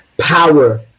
Power